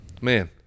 Man